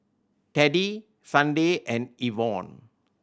Teddie Sunday and Evon